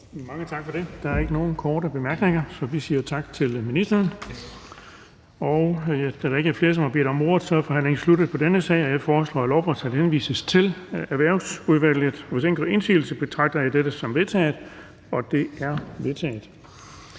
Mange tak for det. Der er ikke nogen korte bemærkninger. Så vi siger tak til ministeren. Da der ikke er flere, som har bedt om ordet, er forhandlingen af denne sag sluttet. Jeg foreslår, at lovforslaget henvises til Erhvervsudvalget, og hvis ingen gør indsigelse, betragter jeg dette som vedtaget. Det er vedtaget.